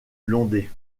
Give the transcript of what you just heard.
blondet